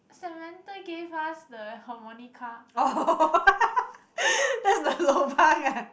Samantha gave us the harmonica